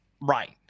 Right